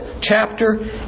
chapter